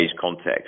context